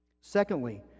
secondly